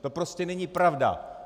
To prostě není pravda.